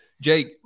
Jake